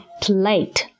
plate